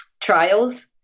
trials